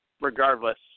regardless